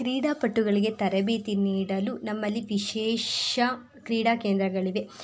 ಕ್ರೀಡಾಪಟುಗಳಿಗೆ ತರಬೇತಿ ನೀಡಲು ನಮ್ಮಲ್ಲಿ ವಿಶೇಷ ಕ್ರೀಡಾ ಕೇಂದ್ರಗಳಿವೆ